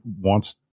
wants